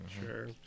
Sure